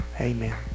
Amen